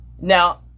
Now